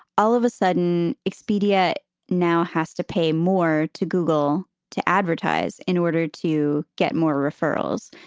all of a sudden expedia now has to pay more to google to advertise in order to get more referrals.